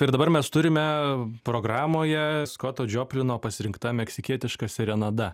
ir dabar mes turime programoje skoto džioplino pasirinkta meksikietiška serenada